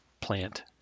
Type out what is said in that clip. plant